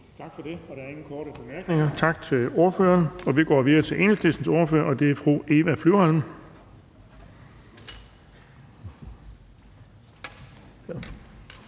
Bonnesen): Der er ingen korte bemærkninger. Tak til ordføreren. Vi går videre til Enhedslistens ordfører, og det er fru Eva Flyvholm.